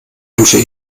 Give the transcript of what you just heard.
wünsche